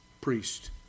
priest